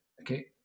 okay